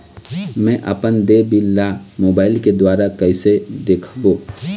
मैं अपन देय बिल ला मोबाइल के द्वारा कइसे देखबों?